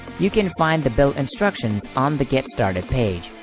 you can find the build instructions on the get started page.